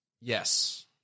Yes